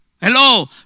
hello